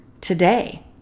today